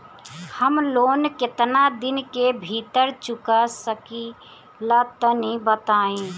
हम लोन केतना दिन के भीतर चुका सकिला तनि बताईं?